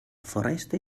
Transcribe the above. foreste